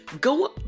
Go